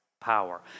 power